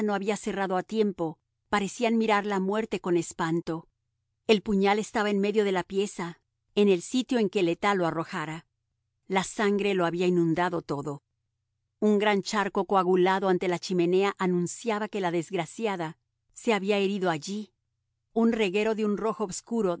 había cerrado a tiempo parecían mirar la muerte con espanto el puñal estaba en medio de la pieza en el sitio en que le tas lo arrojara la sangre lo había inundado todo un gran charco coagulado ante la chimenea anunciaba que la desgraciada se había herido allí un reguero de un rojo obscuro